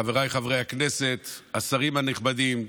חבריי חברי הכנסת, השרים הנכבדים,